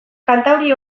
kantauri